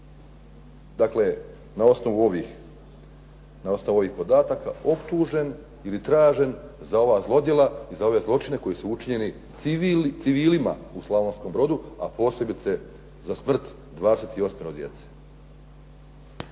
na osnovu ovih podataka optužen ili tražen za ova zlodjela i za ove zločine koji su učinjeni civilima u Slavonskom Brodu a posebice za smrt 28 djece.